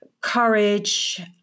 courage